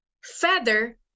feather